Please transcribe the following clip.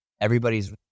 Everybody's